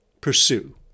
pursue